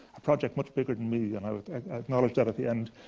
a project much bigger than me, and i acknowledge that at the end.